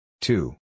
Two